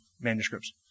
manuscripts